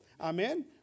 Amen